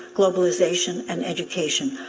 globalization, and education.